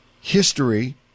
History